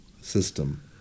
system